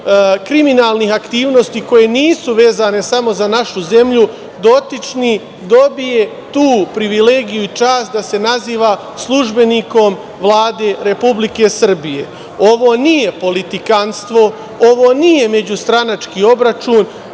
kriminalnih aktivnosti koje nisu vezane samo za našu zemlju, dotični dobije tu privilegiju i čast da se naziva službenikom Vlade Republike Srbije? Ovo nije politikanstvo, ovo nije međustranački obračun,